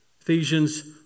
Ephesians